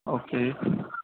okay